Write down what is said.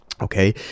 Okay